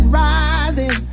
rising